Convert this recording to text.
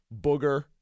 Booger